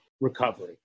recovery